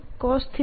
a થશે